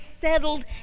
settled